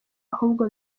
ahubwo